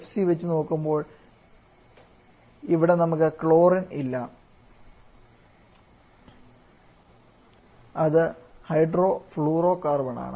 HCFC വെച്ച് നോക്കുമ്പോൾ ഇവിടെ നമുക്ക് ക്ലോറിൻ ഇല്ല അത് ഹൈഡ്രോഫ്ലൂറോകാർബണാണ്